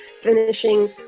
finishing